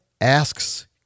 Asks